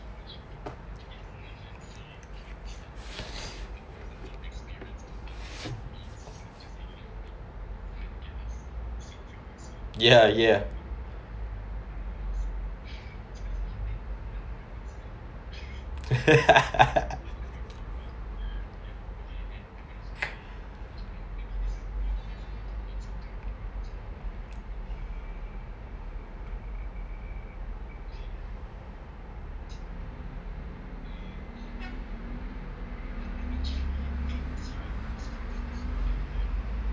ya ya